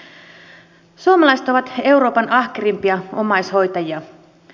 suomalaiset ovat euroopan ahkerimpia omaishoitajia